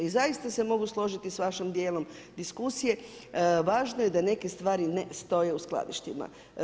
I zaista se mogu složiti s vašim dijelom diskusije, važno je da neke stvari ne stoje u skladištima.